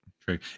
True